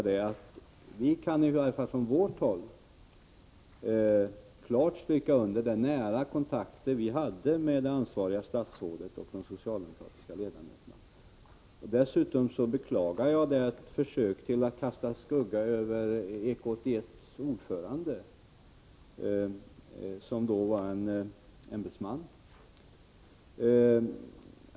Från vårt håll kan vi klart stryka under att vi hade nära kontakter med det ansvariga statsrådet och med de socialdemokratiska ledamöterna. Jag beklagar försöket att kasta en skugga över EK 81:s ordförande, som var en ämbetsman.